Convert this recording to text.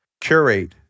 curate